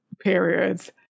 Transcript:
periods